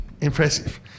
Impressive